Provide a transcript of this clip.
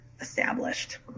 established